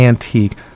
antique